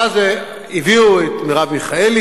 ואז הביאו את מרב מיכאלי,